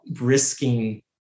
risking